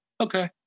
okay